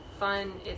fun